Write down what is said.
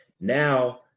now